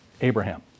Abraham